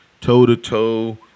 toe-to-toe